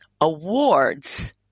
awards